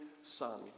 son